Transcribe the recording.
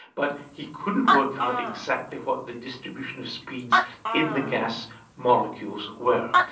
but he couldn't work out exactly what the distribution of speeds in the gas molecules were.